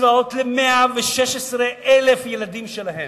קצבאות ל-116,000 ילדים שלהן.